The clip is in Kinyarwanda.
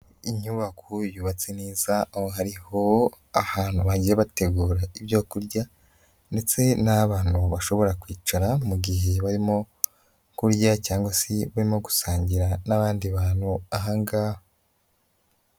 Inyubako yubatse neza, aho hariho ahantu bagiye bategura ibyo kurya ndetse n'aho abantu bashobora kwicara mu gihe barimo kurya cyangwa se barimo gusangira n'abandi bantu aha ngaha.